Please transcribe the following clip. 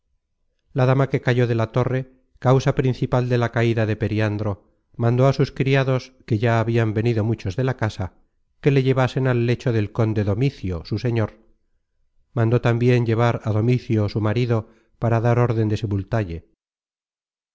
la dama que cayó de la torre causa principal de la caida de periandro mandó á sus criados que ya habian venido muchos de la casa que le llevasen al lecho del conde domicio su señor mandó tambien llevar á domicio su marido para dar órden en